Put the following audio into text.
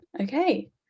okay